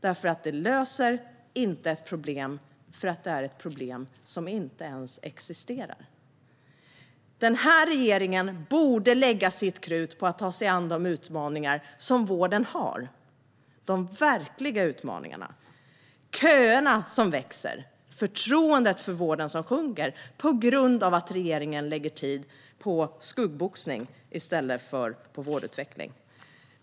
Detta löser inte ett problem, eftersom det är ett problem som inte ens existerar. Den här regeringen borde lägga sitt krut på att ta sig an de utmaningar som vården står inför. Man borde ägna sig åt de verkliga utmaningarna - åt de växande köerna och åt förtroendet för vården, som sjunker på grund av att regeringen lägger tid på skuggboxning i stället för på vårdutveckling.